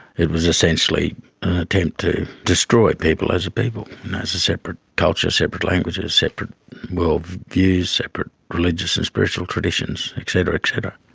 it was essentially an attempt to destroy people as a people and as a separate culture separate languages, separate world view, separate religious and spiritual traditions, etc, etc.